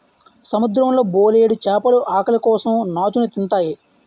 సముద్రం లో బోలెడు చేపలు ఆకలి కోసం నాచుని తింతాయి